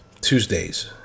tuesdays